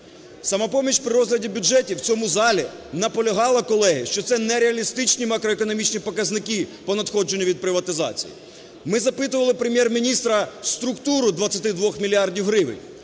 "Самопоміч" при розгляді бюджетів в цьому залі наполягала, колеги, що це нереалістичні макроекономічні показники по надходженню від приватизації. Ми запитували Прем’єр-міністра структуру 22 мільярдів